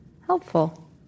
helpful